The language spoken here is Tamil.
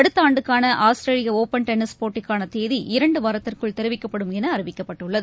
அடுத்த ஆண்டுக்கான ஆஸ்திரேலிய ஒப்பன் டென்னிஸ் போட்டிக்கான தேதி இரண்டு வாரத்திற்குள் தெரிவிக்கப்படும் என அறிவிக்கப்பட்டுள்ளது